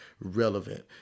relevant